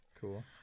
Cool